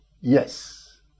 Yes